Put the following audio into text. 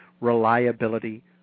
reliability